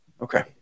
Okay